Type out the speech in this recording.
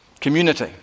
Community